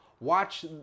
Watch